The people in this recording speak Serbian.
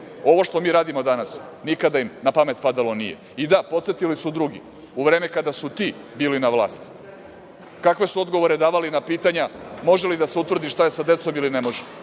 što mi radimo danas nikada im na pamet padalo nije. Da, podsetili su drugi, u vreme kada su ti bili na vlasti, kakve su odgovore davali na pitanja – može li da se utvrdi šta je sa decom ili ne može.